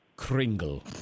Kringle